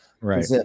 right